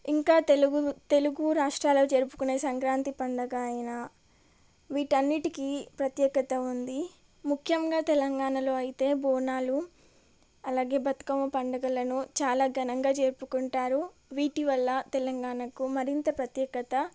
ఇంకా తెలుగు తెలుగు రాష్ట్రాలలో జరుపుకునే సంక్రాంతి పండుగ అయినా వీటన్నిటికీ ప్రత్యేకత ఉంది ముఖ్యంగా తెలంగాణలో అయితే బోనాలు అలాగే బతుకమ్మ పండుగలను చాలా ఘనంగా జరుపుకుంటారు వీటి వల్ల తెలంగాణకు మరింత ప్రత్యేకత